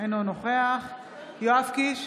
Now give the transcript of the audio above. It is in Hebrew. אינו נוכח יואב קיש,